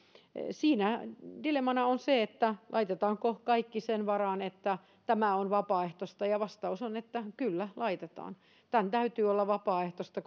siinä dilemmana on se että laitetaanko kaikki sen varaan että tämä on vapaaehtoista ja vastaus on että kyllä laitetaan tämän täytyy olla vapaaehtoista